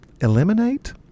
eliminate